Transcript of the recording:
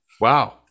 wow